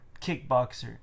kickboxer